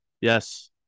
yes